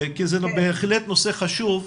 כי זה בהחלט נושא חשוב,